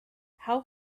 how